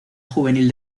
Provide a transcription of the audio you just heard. juvenil